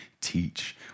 teach